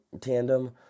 tandem